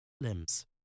limbs